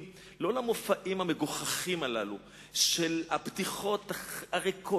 לא למופעים המגוחכים הללו של הבדיחות הריקות,